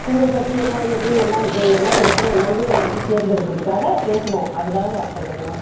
குழுவைப்பத்தி என்ன ஏது என்ன இது என்ன பிரச்சனை என்னான்றது எல்லாத்தையும் தேர்ந்தெடுக்கறதுக்காக பேசணும் அதற்காக வர சொல்லுறங்க